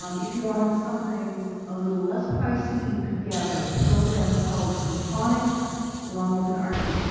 um if you wanted something a little less pricey, you could get a program called symphonic along with an artic,